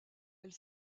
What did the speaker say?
elle